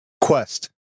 Quest